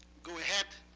go ahead,